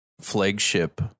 flagship